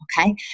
okay